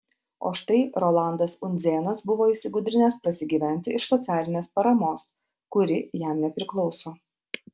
o štai rolandas undzėnas buvo įsigudrinęs prasigyventi iš socialinės paramos kuri jam nepriklauso